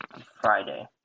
Friday